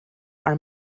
are